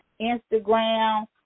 Instagram